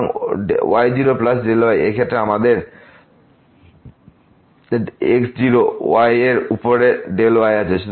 সুতরাং y0Δy এই ক্ষেত্রে আমাদেরএ বং x0y এর উপর y আছে